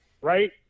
Right